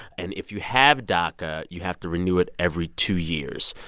and if you have daca, you have to renew it every two years.